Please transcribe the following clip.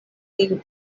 lin